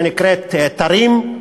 שנקראת "תרים",